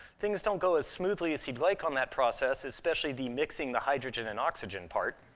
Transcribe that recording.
things don't go as smoothly as he'd like on that process, especially the mixing the hydrogen and oxygen part.